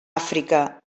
àfrica